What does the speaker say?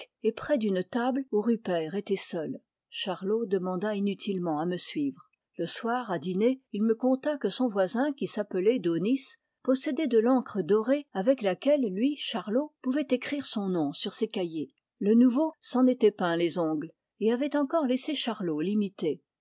et près d'une table où rupert était seul charlot demanda inutilement à me suivre le soir à dîner il me conta que son voisin qui s'appelait daunis possédait de l'encre dorée avec laquelle lui charlot pouvait écrire son nom sur ses cahiers le nouveau s'en était peint les ongles et avait encore laissé charlot l'imiter